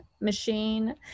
machine